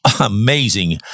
amazing